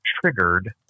triggered